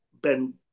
Ben